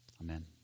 Amen